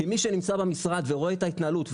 כמי שנמצא במשרד ורואה את ההתנהלות,